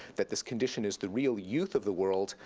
that this condition is the real youth of the world,